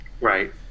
Right